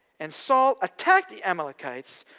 and saul attacked the amalekites,